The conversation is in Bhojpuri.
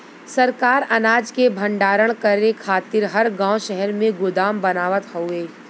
सरकार अनाज के भण्डारण करे खातिर हर गांव शहर में गोदाम बनावत हउवे